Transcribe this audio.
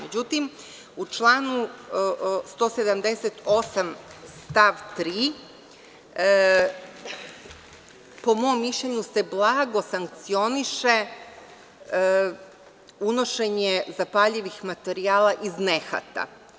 Međutim, u članu 178. stav 3. po mom mišljenju se blago sankcioniše unošenje zapaljivih materijala iz nehata.